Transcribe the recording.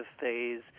phase